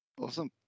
Awesome